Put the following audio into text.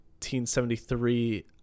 1973